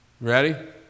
ready